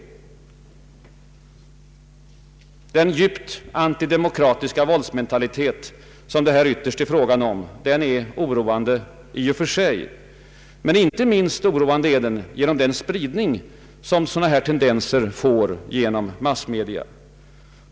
Den djupt antidemokratiska våldsmentalitet som det här ytterst är fråga om är oroande i och för sig. Inte mindre oroande blir den genom den spridning som sådana här tendenser får genom massmedia.